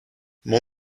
mon